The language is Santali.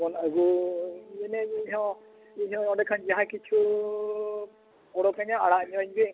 ᱟᱵᱚᱱ ᱟᱹᱜᱩ ᱢᱟᱱᱮ ᱤᱧᱦᱚᱸ ᱤᱧᱦᱚᱸ ᱚᱸᱰᱮ ᱠᱷᱚᱱ ᱡᱟᱦᱟᱸ ᱠᱤᱪᱷᱩ ᱩᱰᱩᱠ ᱤᱧᱟᱹ ᱟᱲᱟᱜ ᱧᱚᱜ ᱤᱧ ᱵᱤᱱ